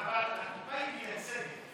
אבל הכיפה היא מייצגת.